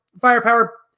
firepower